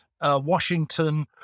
Washington